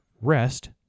Rest